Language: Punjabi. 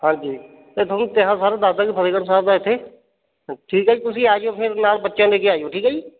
ਹਾਂਜੀ ਅਤੇ ਤੁਹਾਨੂੰ ਕਿਹਾ ਸਰ ਦੱਸਦਾ ਕਿ ਫਤਿਹਗੜ੍ਹ ਸਾਹਿਬ ਇੱਥੇ ਠੀਕ ਹੈ ਜੀ ਤੁਸੀਂ ਆ ਜਾਇਓ ਫਿਰ ਨਾਲ ਬੱਚਿਆਂ ਨੂੰ ਲੈ ਕੇ ਆਇਓ ਜੀ ਠੀਕ ਹੈ ਜੀ